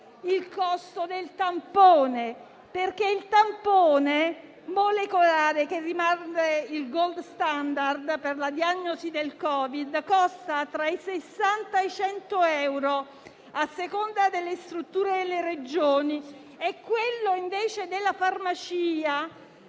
il costo del tampone. Il tampone molecolare, che rimane il *gold standard* per la diagnosi del Covid-19, costa tra i 60 e i 100 euro a seconda delle strutture e delle Regioni. In farmacia